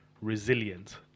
resilient